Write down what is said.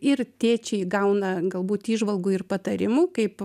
ir tėčiai gauna galbūt įžvalgų ir patarimų kaip